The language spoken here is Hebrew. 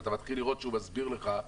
ואתה מתחיל לראות שהוא מסביר לך,